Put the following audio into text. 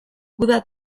guda